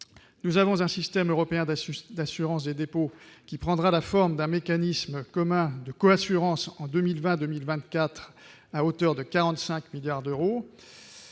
nous avons un système européen d'ASUS d'assurance des dépôts qui prendra la forme d'un mécanisme commun de co-assurance en 2020, 2000 24 à hauteur de 45 milliards d'euros,